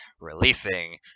releasing